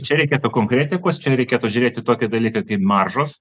čia reikėtų konkretikos čia reikėtų žiūrėti į tokį dalyką kaip maržos